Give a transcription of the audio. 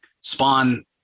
Spawn